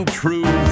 true